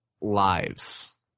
lives